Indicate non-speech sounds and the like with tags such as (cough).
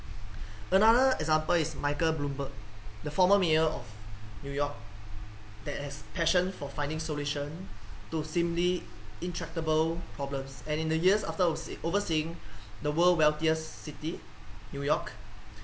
another example is michael bloomberg the former mayor of new york that has passion for finding solution to seemingly intractable problems and in the years after ov~ overseeing (breath) the world wealthiest city new york